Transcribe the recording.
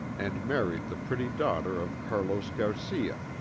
and married the pretty daughter of carlos garcia,